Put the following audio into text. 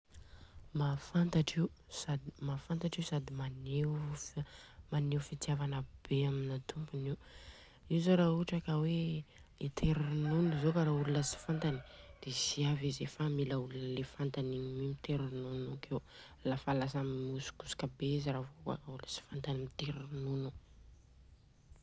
Mahafantatra io, sady maneho fitiavana be amin'ny tompony io. Io zô raha ohatra ka hoe hitery ronono zô ka raha olona tsy fantany dia tsy avy izy fa mila olona le fantany iny mi mitery ronono akeo, fa lasa miosokosaka be izy raha vô olona tsy fantany mitery ronono.